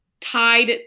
tied